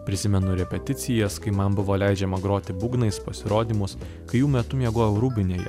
prisimenu repeticijas kai man buvo leidžiama groti būgnais pasirodymuos kai jų metu miegojau rūbinėje